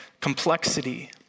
complexity